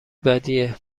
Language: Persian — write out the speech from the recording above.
بدیه